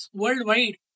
worldwide